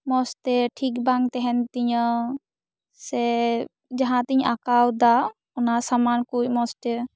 ᱢᱚᱡᱽ ᱛᱮ ᱴᱷᱤᱠ ᱵᱟᱝ ᱛᱟᱦᱮᱱ ᱛᱤᱧᱟᱹ ᱥᱮ ᱡᱟᱦᱟᱸ ᱛᱤᱧ ᱟᱠᱟᱣ ᱮᱫᱟ ᱚᱱᱟ ᱥᱟᱢᱟᱱ ᱠᱚ ᱢᱚᱡᱽ ᱛᱮ